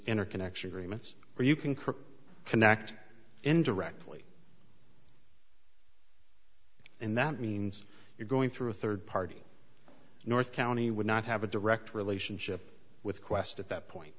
interconnection agreements where you concur connect indirectly and that means you're going through a third party north county would not have a direct relationship with qwest at that point